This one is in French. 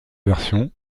version